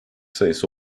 sayısı